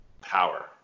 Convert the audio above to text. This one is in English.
power